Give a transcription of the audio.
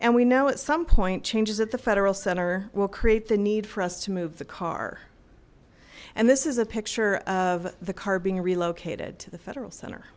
and we know at some point changes at the federal center will create the need for us to move the car and this is a picture of the car being relocated the federal center